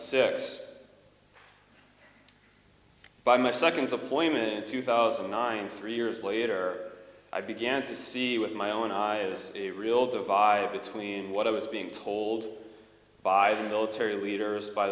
six by my second deployment two thousand and nine three years later i began to see with my own eyes this a real divide between what i was being told by the military leaders by